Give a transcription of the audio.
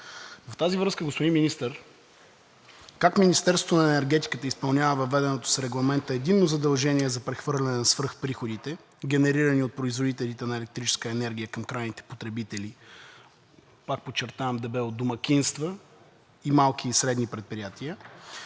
В тази връзка, господин Министър, как Министерството на енергетиката изпълнява въведеното с Регламента единно задължение за прехвърляне на свръхприходите, генерирани от производителите на електрическа енергия, към крайните потребители? Пак подчертавам дебело – домакинства и малки и средни предприятия,